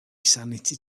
sanity